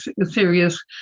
serious